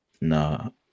no